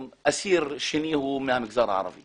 נדמה לי שלא כך בכל בתי הכלא אבל היום כל אסיר שני הוא מהמגזר הערבי